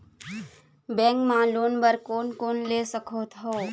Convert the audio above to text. Bank मा loan बर कोन कोन ले सकथों?